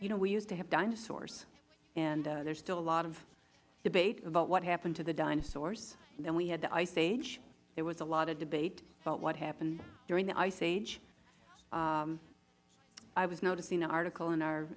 you know we used to have dinosaurs and there is still a lot of debate about what happened to the dinosaurs then we had the ice age there was a lot of debate about what happened during the ice age i was noticing an article in